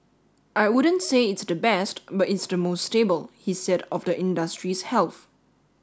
I wouldn't say it's the best but it's the most stable he said of the industry's health